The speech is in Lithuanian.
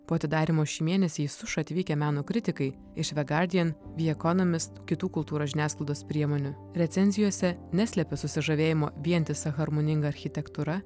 po atidarymo šį mėnesį į sušą atvykę meno kritikai iš the guardian the economist kitų kultūros žiniasklaidos priemonių recenzijose neslepia susižavėjimo vientisa harmoninga architektūra